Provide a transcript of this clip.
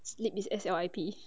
slip is S L I P